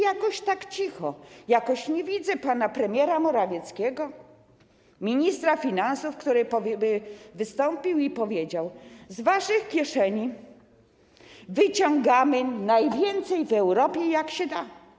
I jakoś tak cicho, jakoś nie wiedzę pana premiera Morawieckiego, ministra finansów, który by wystąpił i powiedział: z waszych kieszeni wyciągamy najwięcej w Europie, jak się da.